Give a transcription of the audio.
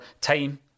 time